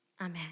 Amen